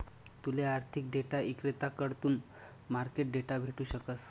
तूले आर्थिक डेटा इक्रेताकडथून मार्केट डेटा भेटू शकस